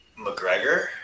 McGregor